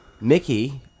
Mickey